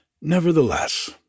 Nevertheless